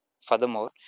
furthermore